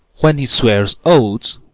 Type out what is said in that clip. when he swears oaths,